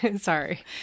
Sorry